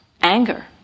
anger